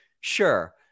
Sure